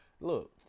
look